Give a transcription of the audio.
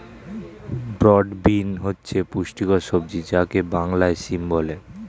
broad bean হচ্ছে পুষ্টিকর সবজি যাকে বাংলায় সিম বলে